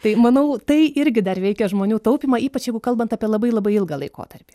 tai manau tai irgi dar veikia žmonių taupymą ypač jeigu kalbant apie labai labai ilgą laikotarpį